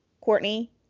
Courtney